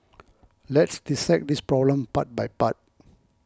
let's dissect this problem part by part